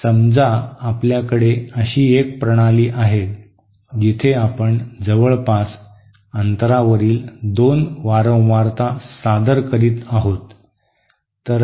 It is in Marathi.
समजा आपल्याकडे अशी एक प्रणाली आहे जिथे आपण जवळपास अंतरावरील दोन वारंवारता सादर करीत आहोत